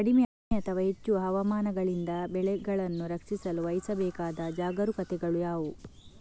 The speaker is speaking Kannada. ಕಡಿಮೆ ಅಥವಾ ಹೆಚ್ಚು ಹವಾಮಾನಗಳಿಂದ ಬೆಳೆಗಳನ್ನು ರಕ್ಷಿಸಲು ವಹಿಸಬೇಕಾದ ಜಾಗರೂಕತೆಗಳು ಯಾವುವು?